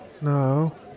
No